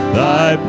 thy